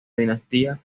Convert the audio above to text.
dinastía